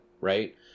right